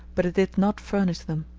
but it did not furnish them.